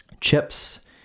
Chips